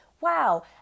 Wow